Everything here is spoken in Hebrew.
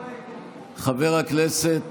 חבר הכנסת